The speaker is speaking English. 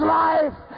life